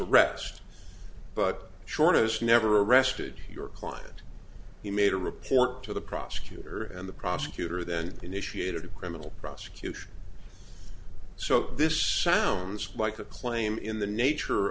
arrest but short of this never arrested your client he made a report to the prosecutor and the prosecutor then initiated a criminal prosecution so this sounds like a claim in the nature